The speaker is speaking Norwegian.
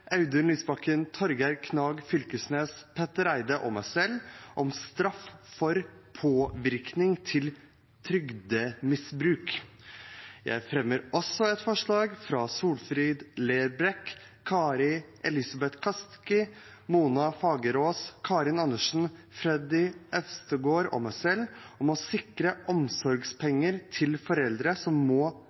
Audun Lysbakken, Torgeir Knag Fylkesnes, Petter Eide og meg selv om straff for påvirkning til trygdemisbruk. Jeg fremmer til slutt et forslag fra Solfrid Lerbrekk, Kari Elisabeth Kaski, Mona Fagerås, Karin Andersen, Freddy André Øvstegård og meg selv om å sikre omsorgspenger til foreldre som må